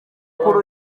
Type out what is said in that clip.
kuri